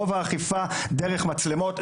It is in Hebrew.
רוב האכיפה דרך מצלמות,